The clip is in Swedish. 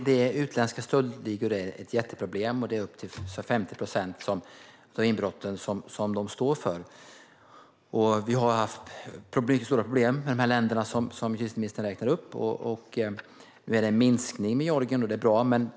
Herr talman! Utländska stöldligor är ett jätteproblem. De står för upp till 50 procent av inbrotten. Vi har haft stora problem från de länder som justitieministern räknar upp. Nu har det blivit en minskning från Georgien, vilket är bra.